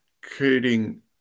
creating